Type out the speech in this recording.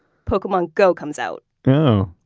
pokemon go comes out oh,